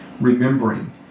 remembering